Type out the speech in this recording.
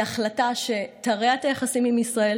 היא החלטה שתרע את היחסים עם ישראל.